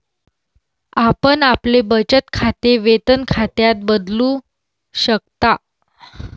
आपण आपले बचत खाते वेतन खात्यात बदलू शकता